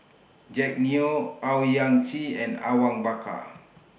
Jack Neo Owyang Chi and Awang Bakar